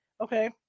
Okay